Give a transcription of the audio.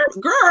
girl